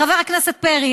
חבר הכנסת פרי,